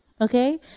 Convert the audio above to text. Okay